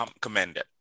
commended